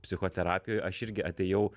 psichoterapijoj aš irgi atėjau